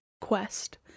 quest